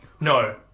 no